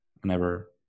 whenever